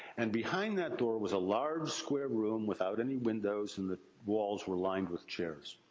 and, behind that door was a large square room, without any windows, and the walls were lined with chairs.